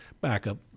backup